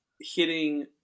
hitting